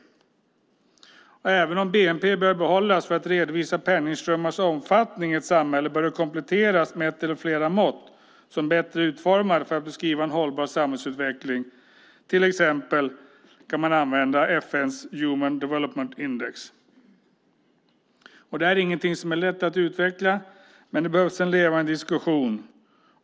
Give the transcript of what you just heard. Även om bnp bör behållas för att redovisa penningströmmarnas omfattning i ett samhälle bör det kompletteras med ett eller flera mått som är bättre utformade för att beskriva en hållbar samhällsutveckling. Till exempel kan man använda FN:s Human Development Index. Det här är ingenting som är lätt att utveckla, men det behövs en levande diskussion.